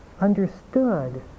understood